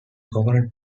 coconut